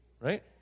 Right